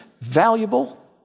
valuable